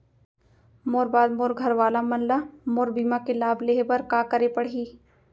मोर बाद मोर घर वाला मन ला मोर बीमा के लाभ लेहे बर का करे पड़ही?